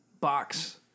box